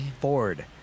Ford